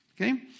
okay